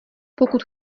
pokud